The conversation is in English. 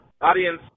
Audience